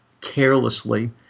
carelessly